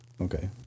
Okay